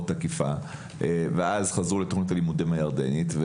תקיפה וחזרו לתוכנית הלימודים הירדנית.